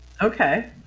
Okay